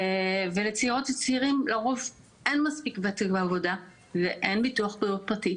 ולצעירות וצעירים לרוב אין מספיק וותק בעבודה ואין ביטוח בריאות פרטי,